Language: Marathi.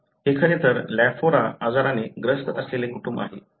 हे खरे तर लॅफोरा आजाराने ग्रस्त असलेले कुटुंब आहे